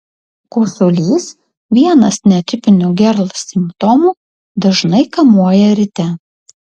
kosulys vienas netipinių gerl simptomų dažnai kamuoja ryte